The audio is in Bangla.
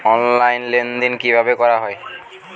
অনলাইন লেনদেন কিভাবে করা হয়?